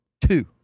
Two